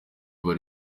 igihe